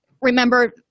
remember